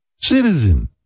citizen